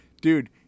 Dude